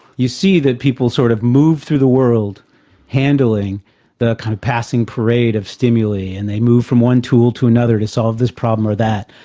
you see that people sort of move through the world handling the kind of passing parade of stimuli, and they move from one tool to another to solve this problem or that,